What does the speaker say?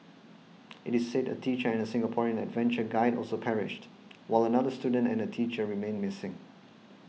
it is said a teacher and a Singaporean adventure guide also perished while another student and a teacher remain missing